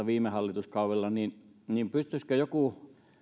viime hallituskaudella pystyisikö joku